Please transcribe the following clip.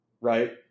right